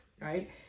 right